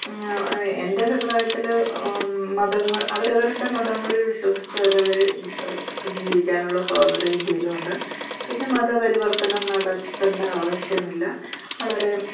പിന്നെ എൻ്റെ അഭിപ്രായത്തിൽ മതങ്ങൾ അവരവരുടെ മതങ്ങളിൽ വിശ്വസിച്ച് അവരവർ ജീവിക്കാനുള്ള സ്വാതന്ത്ര്യം ഇന്ത്യയിലുണ്ട് പിന്നെ മതപരിവർത്തനം നടത്തേണ്ട ആവശ്യമില്ല വളരെ